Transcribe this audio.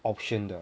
option 的